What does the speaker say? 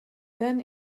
then